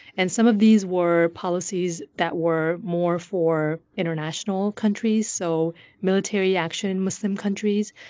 and some of these were policies that were more for international countries, so military action in muslim countries.